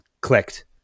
clicked